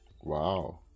Wow